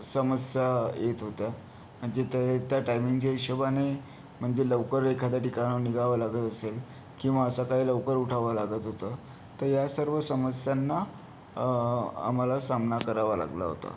समस्या येत होत्या म्हणजे ते त्या टाइमिंगच्या हिशोबाने म्हणजे लवकर एखाद्या ठिकाणावरून निघावं लागत असेल किंवा सकाळी लवकर उठावं लागत होतं तर ह्या सर्व समस्यांना आम्हाला सामना करावा लागला होता